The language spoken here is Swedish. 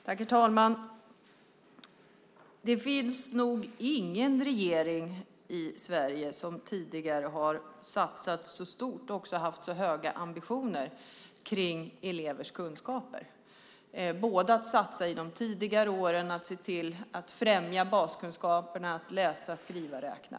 Herr talman! Det har nog inte funnits någon regering tidigare i Sverige som har satsat så stort och haft så höga ambitioner för elevers kunskaper. Det handlar om att satsa i de tidigare åren och att se till att främja baskunskaperna att läsa, skriva och räkna.